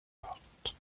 porte